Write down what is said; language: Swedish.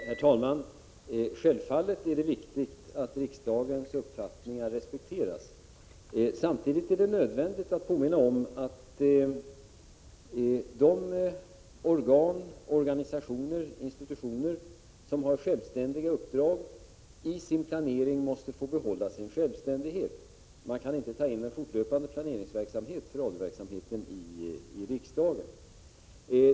Herr talman! Självfallet är det viktigt att riksdagens uppfattningar respekteras. Samtidigt är det dock nödvändigt att påminna om att de organ, organisationer och institutioner som har självständiga uppdrag i sin planering måste få behålla sin självständighet. Vi kan inte här i riksdagen ta in en fortlöpande planeringsverksamhet för radioverksamheten.